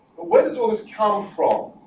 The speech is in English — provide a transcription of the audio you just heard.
what is always count from